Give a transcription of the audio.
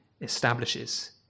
establishes